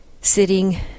sitting